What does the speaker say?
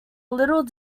little